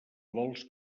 vols